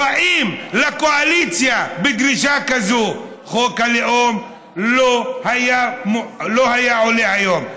באים לקואליציה בדרישה כזאת: חוק הלאום לא היה עולה היום.